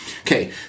Okay